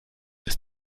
ist